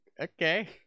Okay